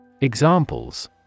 Examples